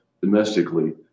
domestically